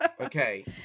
okay